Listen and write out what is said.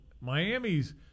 Miami's